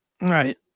Right